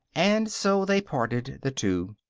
and so they parted, the two.